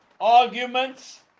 arguments